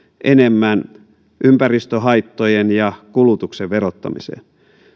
enemmän ympäristöhaittojen ja kulutuksen verottamiseen